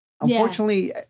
Unfortunately